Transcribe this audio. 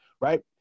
right